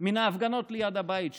מן ההפגנות ליד הבית שלי,